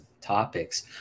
topics